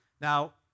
Now